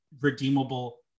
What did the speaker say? redeemable